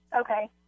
Okay